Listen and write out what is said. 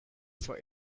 for